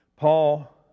Paul